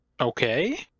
okay